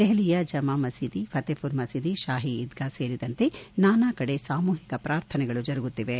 ದೆಹಲಿಯ ಜಮಾ ಮಸೀದಿ ಪಥೇಪುರಿ ಮಸೀದಿ ಶಾಹೀ ಈದ್ಗಾ ಸೇರಿದಂತೆ ನಾನಾ ಕಡೆ ಸಾಮೂಹಿಕ ಪ್ರಾರ್ಥನೆಗಳು ಜರುಗುತ್ತಿವೆ